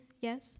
Yes